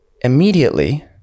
immediately